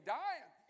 dying